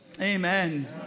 amen